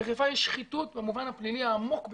בחיפה יש שחיתות במובן הפלילי העמוק ביותר.